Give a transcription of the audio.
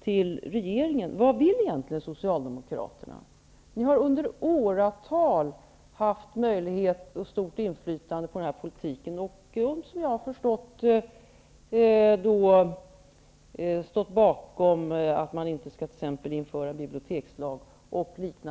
till regeringen. Vad vill egentligen socialdemokraterna? Ni har i åratal haft stort inflytande på politiken. Ni har t.ex. såvitt jag begripit stått bakom uppfattningen att man inte skall införa en bibliotekslag.